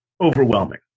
overwhelming